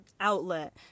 outlet